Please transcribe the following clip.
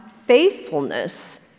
faithfulness